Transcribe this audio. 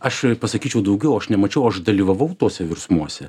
aš pasakyčiau daugiau aš nemačiau aš dalyvavau tuose virsmuose